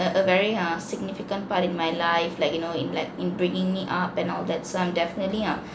a a very err significant part in my life like you know in like in bringing me up and all that so I'm definitely err